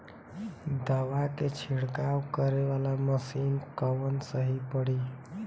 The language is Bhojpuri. दवा के छिड़काव करे वाला मशीन कवन सही पड़ी?